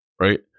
right